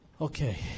Okay